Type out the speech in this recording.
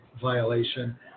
violation